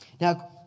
Now